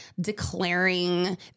declaring